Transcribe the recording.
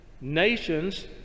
nations